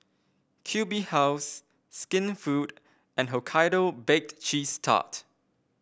Q B House Skinfood and Hokkaido Baked Cheese Tart